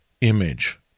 image